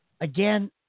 Again